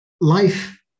life